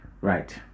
Right